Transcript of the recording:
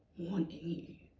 wanting you,